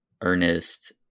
Ernest